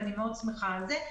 ואני מאוד שמחה על זה,